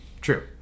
True